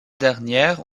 dernière